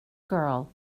girl